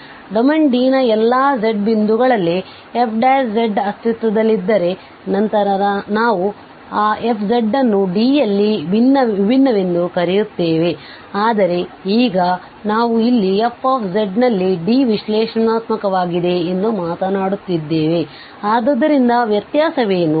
ಆದ್ದರಿಂದ ಡೊಮೇನ್D ನ ಎಲ್ಲಾz ಬಿಂದುಗಳಲ್ಲಿ fzಅಸ್ತಿತ್ವದಲ್ಲಿದ್ದರೆನಂತರ ನಾವು ಆ f ಅನ್ನು D ಯಲ್ಲಿ ವಿಭಿನ್ನವೆಂದು ಕರೆಯುತ್ತೇವೆ ಆದರೆ ಈಗ ನಾವು ಇಲ್ಲಿ f ನಲ್ಲಿ Dವಿಶ್ಲೇಷಣಾತ್ಮಕವಾಗಿದೆ ಎಂದು ಮಾತನಾಡುತ್ತಿದ್ದೇವೆ ಆದ್ದರಿಂದ ವ್ಯತ್ಯಾಸವೇನು